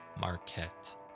marquette